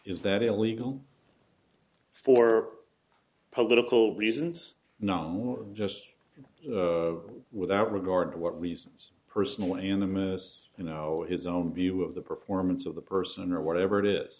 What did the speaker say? is that illegal for political reasons not just without regard what reasons personal in the minnes you know his own view of the performance of the person or whatever it is